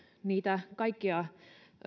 niitä kaikkia